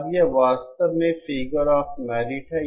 अब यह वास्तव में फिगर ऑफ मेरिट है